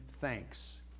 thanks